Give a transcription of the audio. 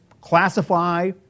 classify